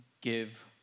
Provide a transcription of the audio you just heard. give